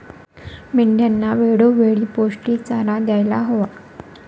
मेंढ्यांना वेळोवेळी पौष्टिक चारा द्यायला हवा